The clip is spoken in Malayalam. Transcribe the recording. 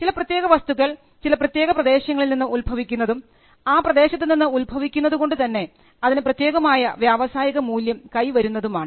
ചില പ്രത്യേക വസ്തുക്കൾ ചില പ്രത്യേക പ്രദേശങ്ങളിൽ നിന്ന് ഉത്ഭവിക്കുന്നതും ആ പ്രദേശത്ത് നിന്ന് ഉത്ഭവിക്കുന്നതുകൊണ്ടുതന്നെ അതിന് പ്രത്യേകമായ വ്യാവസായിക മൂല്യം കൈ വരുന്നതുമാണ്